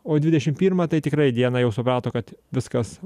o dvidešimt pirmą tai tikrai dieną jau suprato kad viskas